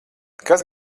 kas